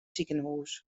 sikehús